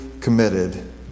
committed